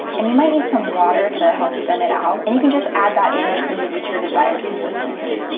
and you might need some water to help thin it out, and you can just add that in until you reach your desired consistency.